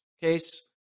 case